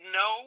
no